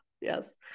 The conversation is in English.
yes